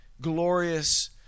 glorious